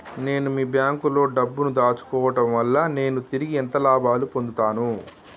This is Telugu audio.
నేను మీ బ్యాంకులో డబ్బు ను దాచుకోవటం వల్ల నేను తిరిగి ఎంత లాభాలు పొందుతాను?